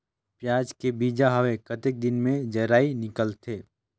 पियाज के बीजा हवे कतेक दिन मे जराई निकलथे?